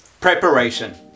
Preparation